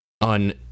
on